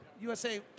USA